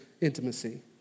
intimacy